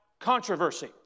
controversy